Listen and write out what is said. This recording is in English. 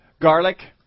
garlic